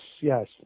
Yes